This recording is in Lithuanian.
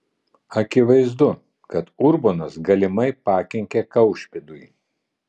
akivaizdu kad urbonas galimai pakenkė kaušpėdui